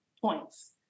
points